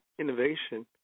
Innovation